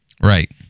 Right